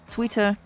Twitter